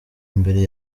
mbere